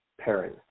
pairing